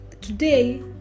today